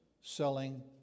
selling